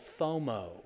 fomo